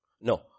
No